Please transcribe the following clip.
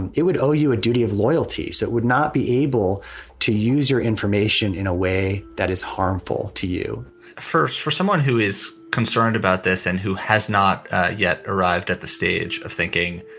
and it would owe you a duty of loyalty. so it would not be able to use your information in a way that is harmful to you first, for someone who is concerned about this and who has not yet arrived at the stage of thinking,